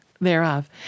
Thereof